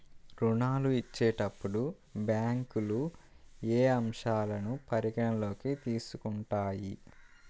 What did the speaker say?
ఋణాలు ఇచ్చేటప్పుడు బ్యాంకులు ఏ అంశాలను పరిగణలోకి తీసుకుంటాయి?